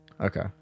Okay